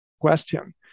question